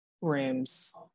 rooms